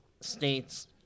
states